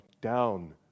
down